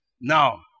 Now